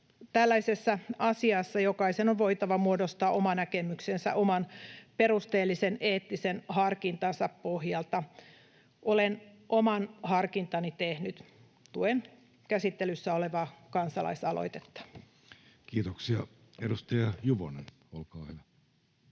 Tällaisessa asiassa jokaisen on voitava muodostaa oma näkemyksensä oman perusteellisen eettisen harkintansa pohjalta. Olen oman harkintani tehnyt. Tuen käsittelyssä olevaa kansalaisaloitetta. [Speech 131] Speaker: Jussi Halla-aho